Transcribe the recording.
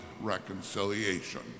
reconciliation